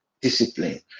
discipline